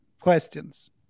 Questions